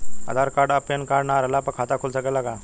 आधार card आ PAN card ना रहला पर खाता खुल सकेला का?